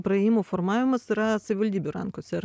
praėjimų formavimas yra savivaldybių rankose ar